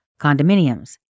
condominiums